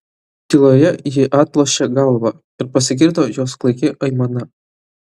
tyloje ji atlošė galvą ir pasigirdo jos klaiki aimana